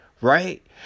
Right